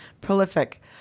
prolific